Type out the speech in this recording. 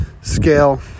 scale